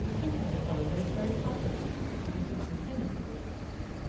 pink is a color that is very popular with the superintendent of this asylum,